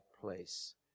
place